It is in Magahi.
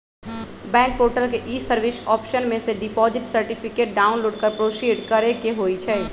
बैंक पोर्टल के ई सर्विस ऑप्शन में से डिपॉजिट सर्टिफिकेट डाउनलोड कर प्रोसीड करेके होइ छइ